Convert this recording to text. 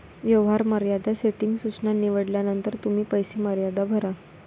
व्यवहार मर्यादा सेटिंग सूचना निवडल्यानंतर तुम्ही पैसे मर्यादा भरा